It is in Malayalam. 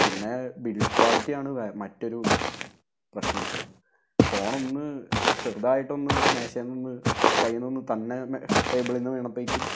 പിന്നെ ബിൾഡ് ക്വാളിറ്റിയാണ് മറ്റൊരു പ്രശ്നം ഫോൺ ഒന്ന് ചെറുതായിട്ട് ഒന്ന് മേശേമന്ന് കൈയിൽ നിന്ന് ഒന്ന് തന്നെ തന്നെ ടേബിളിൽ നിന്ന് വീണപ്പോഴേക്കും